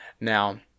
now